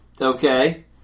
Okay